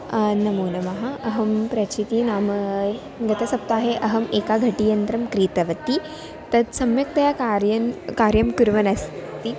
नमो नमः अहं प्रचिति नामा गतसप्ताहे अहम् एका घटीयन्त्रं क्रीतवती तत् सम्यक्तया कार्यन् कार्यं कुर्वन् अस्ति